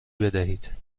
بدهید